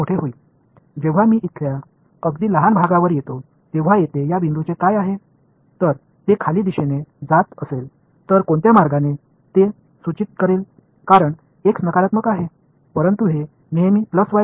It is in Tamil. நான் இங்கே மிகச் சிறிய மதிப்பை எடுத்துக்கொள்ளும்போது இங்கிருக்கும் புள்ளி x எதிர்மறையாக இருப்பதால் கீழ்நோக்கி சுட்டிக்காட்டப் போகிறீர்கள் ஆனால் அது எப்போதும் y திசையையே சுட்டிக்காட்டும்